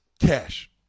Cash